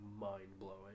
mind-blowing